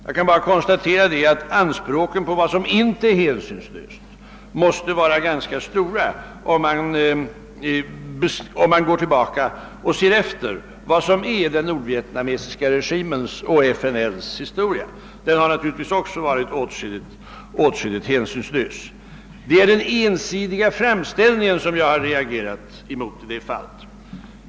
Jag kan bara konstatera att man måste ställa ganska stora krav på vad som inte är hänsynslöst, om man skall acceptera vad som har förekommit i den nordvietnamesiska regimens och i FNL:s historia. I denna har det naturligtvis förekommit åtskilliga hänsynslösheter. Det är den ensidiga framställningen som jag i detta fall har reagerat mot. Herr talman!